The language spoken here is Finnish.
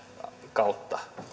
kautta